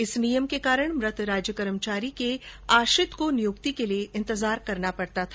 इस नियम के कारण मृत राज्य कर्मचारी के आश्रित को नियुक्ति के लिए इंतजार करना पडता था